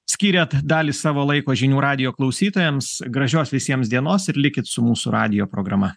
skyrėt dalį savo laiko žinių radijo klausytojams gražios visiems dienos ir likit su mūsų radijo programa